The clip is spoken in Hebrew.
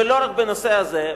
ולא רק בנושא הזה,